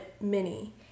Mini